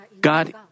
God